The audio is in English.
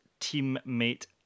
teammate